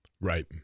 Right